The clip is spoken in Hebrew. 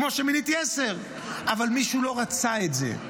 כמו שמיניתי עשר, אבל מישהו לא רצה את זה.